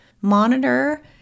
monitor